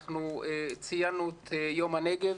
אנחנו ציינו את יום הנגב.